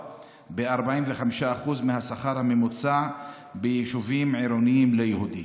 ב-45% מהשכר הממוצע ביישובים עירוניים לא יהודיים.